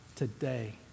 today